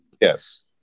Yes